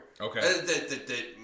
Okay